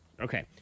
Okay